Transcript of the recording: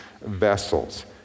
vessels